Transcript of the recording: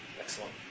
Excellent